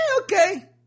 okay